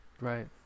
Right